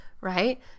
right